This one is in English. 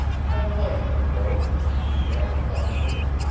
and i liked them both, she added thoughtfully.